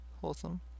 wholesome